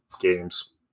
games